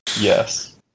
yes